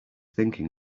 thinking